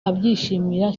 abyishimira